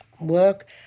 work